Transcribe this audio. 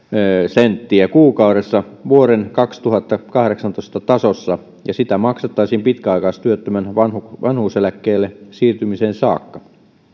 senttiä kuukaudessa vuoden kaksituhattakahdeksantoista tasossa ja sitä maksettaisiin pitkäaikaistyöttömän vanhuuseläkkeelle siirtymiseen saakka